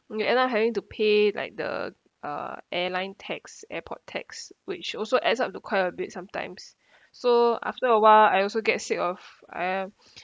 you end up having to pay like the uh airline tax airport tax which also adds up to quite a bit sometimes so after awhile I also get sick of I uh